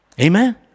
Amen